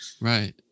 right